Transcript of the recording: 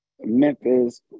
Memphis